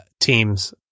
teams